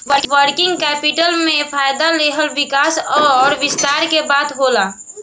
working capital में फ़ायदा लेहल विकास अउर विस्तार के बात होला